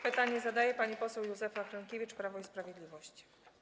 Pytanie zadaje pani poseł Józefa Hrynkiewicz, Prawo i Sprawiedliwość.